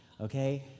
Okay